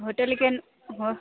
होटलके हो